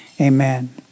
Amen